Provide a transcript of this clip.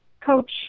coach